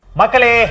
Makale